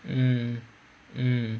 mm mm